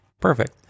Perfect